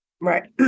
Right